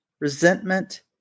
resentment